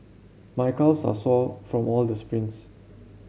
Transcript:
my calves are sore from all the sprints